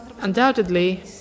Undoubtedly